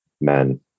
men